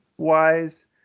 Wise